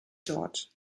dort